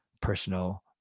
Personal